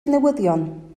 newyddion